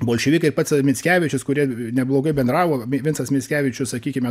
bolševikai pats mickevičius kurie neblogai bendravo vincas mickevičius sakykime